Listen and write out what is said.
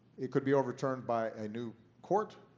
it could be overturned by a new court,